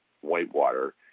whitewater